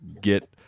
get